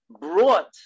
brought